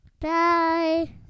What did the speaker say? Bye